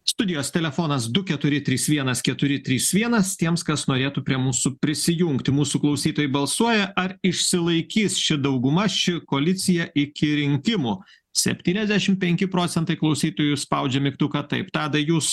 studijos telefonas du keturi trys vienas keturi trys vienas tiems kas norėtų prie mūsų prisijungti mūsų klausytojai balsuoja ar išsilaikys ši dauguma ši koalicija iki rinkimų septyniasdešim penki procentai klausytojų spaudžia mygtuką taip tadai jūs